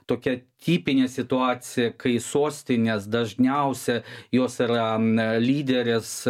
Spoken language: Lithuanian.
tokia tipinė situacija kai sostinės dažniausia jos yra lyderės